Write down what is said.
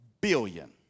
billion